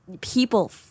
people